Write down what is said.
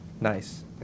Nice